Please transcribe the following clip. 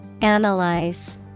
Analyze